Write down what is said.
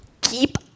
keep